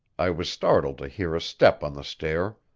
i was startled to hear a step on the stair.